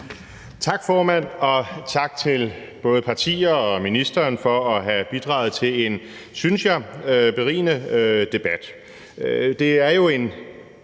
Tak, formand, og tak til både partier og ministeren for at have bidraget til en, synes jeg, berigende debat.